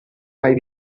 mai